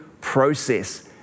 process